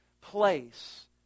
place